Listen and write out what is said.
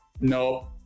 no